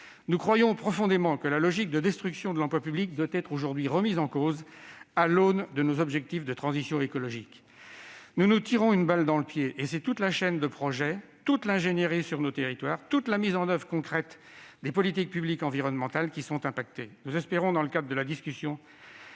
Nous croyons profondément que la logique de destruction de l'emploi public doit être aujourd'hui remise en cause à l'aune de nos objectifs de transition écologique. Nous nous tirons une balle dans le pied, et c'est toute la chaîne de projets, toute l'ingénierie sur nos territoires, toute la mise en oeuvre concrète des politiques publiques environnementales, qui sont impactées. Nous espérons, dans le cadre de la discussion